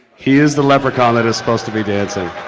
he is the leprechaun that is supposed to be dancing.